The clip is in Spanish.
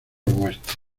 huestes